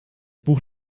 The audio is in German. buch